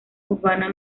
urbana